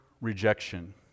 rejection